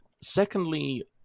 secondly